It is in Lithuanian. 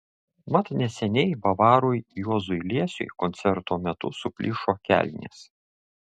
mat neseniai bavarui juozui liesiui koncerto metu suplyšo kelnės